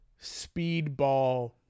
speedball